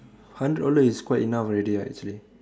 hundred dollar is quite enough already actually